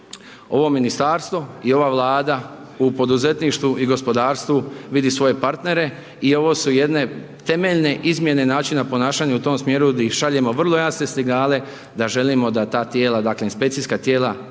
ovo ministarstvo i ova Vlada u poduzetništvu i gospodarstvu vidi svoje partnere. I ovo su jedne temeljne izmjene načina ponašanja u tom smjeru gdje šaljemo vrlo jasne signale da želimo da ta tijela, dakle inspekcijska tijela